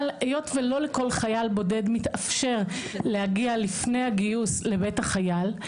היות ולא לכל חייל בודד מתאפשר להגיע לפני הגיוס לבית החייל,